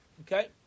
Okay